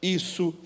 isso